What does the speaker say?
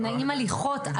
נעים הליכות,